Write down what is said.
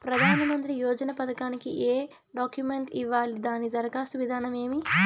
ప్రధానమంత్రి యోజన పథకానికి ఏ డాక్యుమెంట్లు ఇవ్వాలి దాని దరఖాస్తు విధానం ఏమి